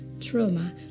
trauma